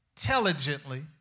intelligently